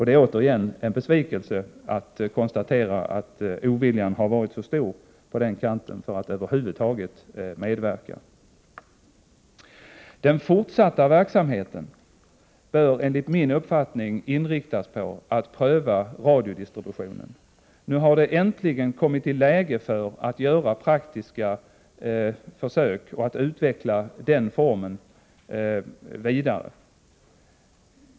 Det är en besvikelse att behöva konstatera att oviljan varit så stor på den kanten att över huvud taget medverka. Den fortsatta verksamheten bör enligt min uppfattning inriktas på att pröva radiodistributionen. Nu har det äntligen blivit läge att göra praktiska försök att utveckla den formen vidare.